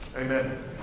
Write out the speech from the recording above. Amen